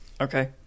Okay